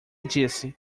disse